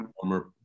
former